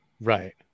right